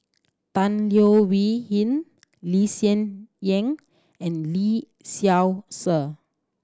Tan Leo Wee Hin Lee Hsien Yang and Lee Seow Ser